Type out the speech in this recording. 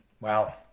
Wow